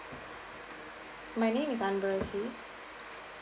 my name is amber rosie